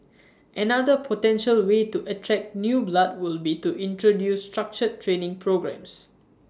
another potential way to attract new blood would be to introduce structured training programmes